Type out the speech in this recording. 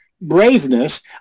braveness